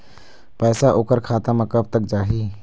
पैसा ओकर खाता म कब तक जाही?